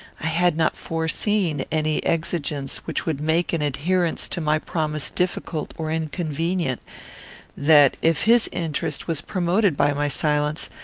i had not foreseen any exigence which would make an adherence to my promise difficult or inconvenient that, if his interest was promoted by my silence,